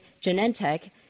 Genentech